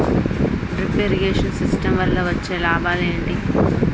Drip irrigation system వల్ల వచ్చే లాభాలు ఏంటి?